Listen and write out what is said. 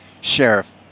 sheriff